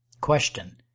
Question